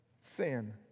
sin